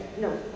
no